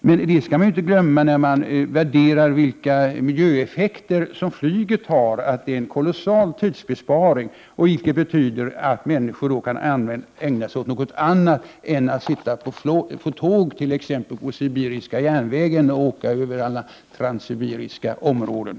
När man värderar flygets miljöeffekter skall man alltså inte glömma bort att flyget ger en kolossal tidsbesparing, vilket betyder att människor kan ägna sig åt något annat än att länge sitta på tåg, som t.ex. när man via den transsibiriska järnvägen far igenom de sibiriska områdena.